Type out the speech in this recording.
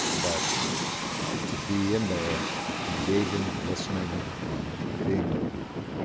but to be in there engaging and listening and being with people,